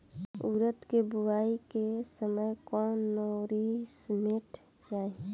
उरद के बुआई के समय कौन नौरिश्मेंट चाही?